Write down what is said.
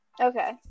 Okay